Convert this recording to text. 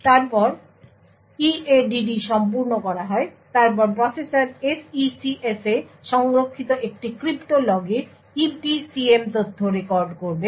তারপর EADD সম্পূর্ণ করা হয় তারপর প্রসেসর SECS এ সংরক্ষিত একটি ক্রিপ্টো লগে EPCM তথ্য রেকর্ড করবে